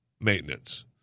maintenance